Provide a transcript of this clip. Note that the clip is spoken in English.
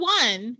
one